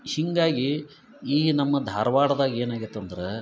ಹೀಗಾಗಿ ಈ ನಮ್ಮ ಧಾರ್ವಾಡ್ದಾಗ ಏನಾಗೈತೆ ಅಂದ್ರೆ